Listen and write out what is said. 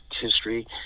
history